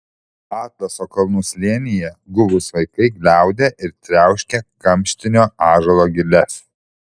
atlaso kalnų slėnyje guvūs vaikai gliaudė ir triauškė kamštinio ąžuolo giles